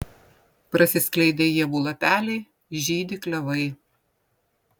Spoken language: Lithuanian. prasiskleidę ievų lapeliai žydi klevai